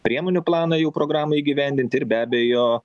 priemonių planą jų programai įgyvendint ir be abejo